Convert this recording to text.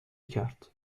کرد